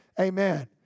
Amen